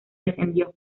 descendió